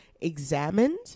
examined